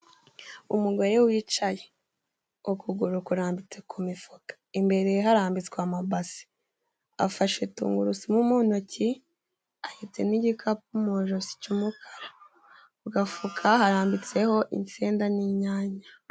Umugore wicaye ukuguru kurambitse ku mifuka, imbere ye harambitswe amabase, afashe tungurusumu mu ntoki, ahetse n'igikapu mu ijosi c'umukara, ku gafuka harambitseho insenda n'inyanya.